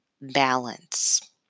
balance